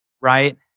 right